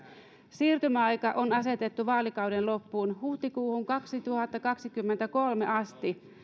siirtymäaika on asetettu vaalikauden loppuun huhtikuuhun kaksituhattakaksikymmentäkolme asti